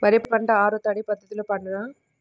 వరి పంట ఆరు తడి పద్ధతిలో పండునా?